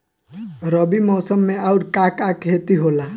रबी मौसम में आऊर का का के खेती होला?